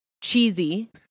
cheesy